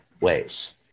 ways